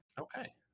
Okay